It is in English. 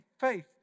faith